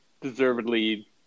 deservedly